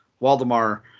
Waldemar